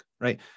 right